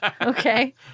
Okay